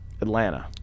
Atlanta